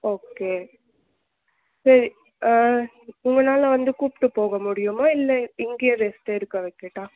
okay சரி உங்கனால வந்து கூப்பிட்டு போக முடியுமா இல்லை இங்கேயே ரெஸ்ட்டு எடுக்க வைக்கட்டா